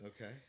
okay